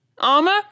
Armor